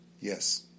Yes